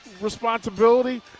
responsibility